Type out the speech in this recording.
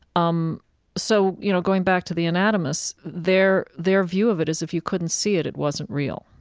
um so you know, going back to the anatomists, their their view of it is if you couldn't see it, it wasn't real.